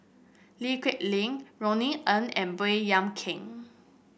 Lee Kip Lin Roni Ng and Baey Yam Keng